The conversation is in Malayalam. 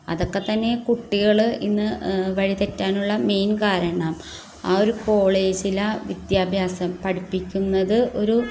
അതൊക്കെത്തന്നെ കുട്ടികൾ ഇന്ന് വഴിതെറ്റാനുള്ള മെയിൻ കാരണം ആ ഒരു കോളേജില വിദ്യാഭ്യാസം പഠിപ്പിക്കുന്നത് ഒരു